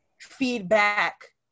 feedback